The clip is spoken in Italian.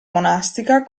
monastica